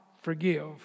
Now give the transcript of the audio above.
forgive